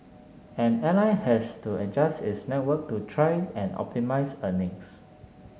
an airline has to adjust its network to try and optimise earnings